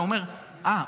אתה אומר: אה,